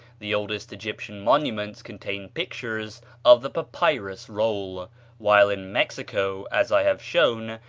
the oldest egyptian monuments contain pictures of the papyrus roll while in mexico, as i have shown,